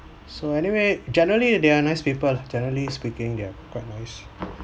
so anyway generally they are nice people lah generally speaking they're quite nice